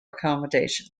accommodation